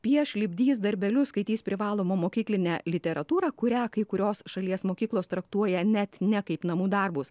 pieš lipdys darbelius skaitys privalomą mokyklinę literatūrą kurią kai kurios šalies mokyklos traktuoja net ne kaip namų darbus